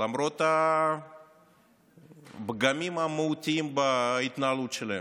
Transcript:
למרות הפגמים המהותיים בהתנהלות שלהם.